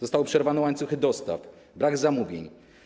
Zostały przerwane łańcuchy dostaw, brakuje zamówień.